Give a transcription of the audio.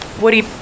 woody